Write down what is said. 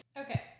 Okay